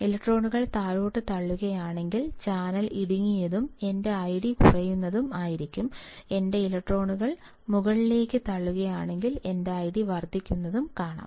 ഇലക്ട്രോണുകൾ താഴേക്ക് തള്ളുകയാണെങ്കിൽ ചാനൽ ഇടുങ്ങിയതും എന്റെ ഐഡി കുറയുന്നതും ആയിരിക്കും എന്റെ ഇലക്ട്രോണുകൾ മുകളിലേക്ക് തള്ളുകയാണെങ്കിൽ എന്റെ ഐഡി വർദ്ധിക്കുന്നത് കാണാം